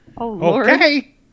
okay